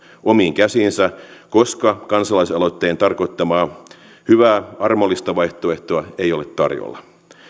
omiin käsiinsä koska kansalaisaloitteen tarkoittamaa hyvää armollista vaihtoehtoa ei ole tarjolla